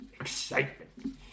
Excitement